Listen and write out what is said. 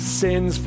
sins